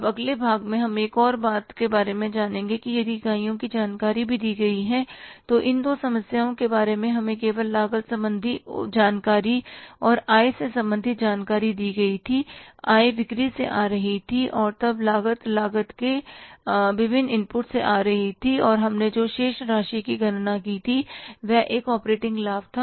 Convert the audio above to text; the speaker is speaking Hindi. अब अगले भाग में हम एक और बात के बारे में जानेंगे यदि इकाइयों की जानकारी भी दी गई है तो इन दो समस्याओं के बारे में हमें केवल लागत संबंधी जानकारी और आय से संबंधित जानकारी दी गई थी आय बिक्री से आ रही थी और तब लागत लागत के विभिन्न इनपुट से आ रही थी और हमने जो शेष राशि की गणना की थी वह एक ऑपरेटिंग लाभ था